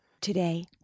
today